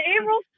April